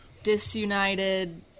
disunited